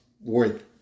worth